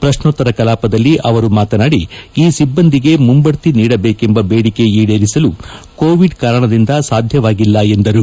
ಪ್ರಶ್ನೋತ್ತರ ಕಲಾಪದಲ್ಲಿ ಅವರು ಮಾತನಾದಿ ಸಿಬ್ಬಂದಿಗೆ ಮುಂಬದ್ತಿ ನೀಡಬೇಕೆಂಬ ಬೇಡಿಕೆ ಈಡೇರಿಸಲು ಕೋವಿಡ್ ಕಾರಣದಿಂದ ಸಾಧ್ಯವಾಗಿಲ್ಲ ಎಂದರು